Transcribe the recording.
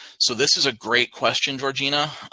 so this is a great question, georgina.